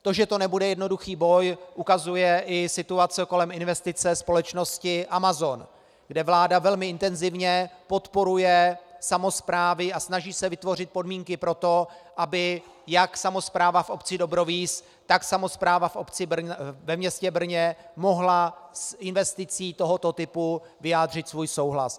To, že to nebude jednoduchý boj, ukazuje i situace kolem investice společnosti Amazon, kde vláda velmi intenzivně podporuje samosprávy a snaží se vytvořit podmínky pro to, aby jak samospráva v obci Dobrovíz, tak samospráva ve městě Brno mohla s investicí tohoto typu vyjádřit svůj souhlas.